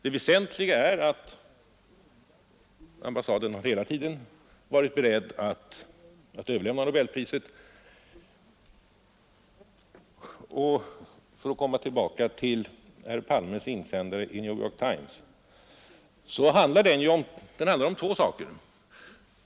Det väsentliga är att ambassaden hela tiden har varit beredd att överlämna nobelpriset. För att komma tillbaka till herr Palmes insändare i New York Times vill jag framhålla att den handlar om två saker.